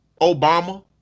Obama